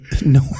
no